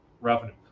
revenue